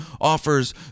offers